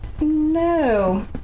No